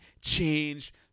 change